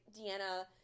Deanna